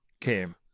came